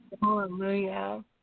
Hallelujah